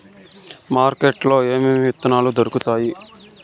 market లో ఏమేమి విత్తనాలు దొరుకుతాయి